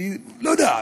ו-לא יודע,